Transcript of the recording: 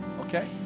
okay